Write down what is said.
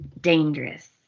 dangerous